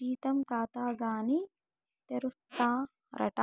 జీతం కాతాగాని తెరుస్తారట